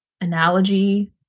analogy